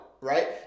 right